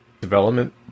development